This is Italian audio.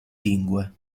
lingue